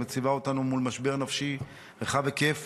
מציבה אותנו מול משבר נפשי רחב היקף